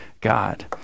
god